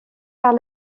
par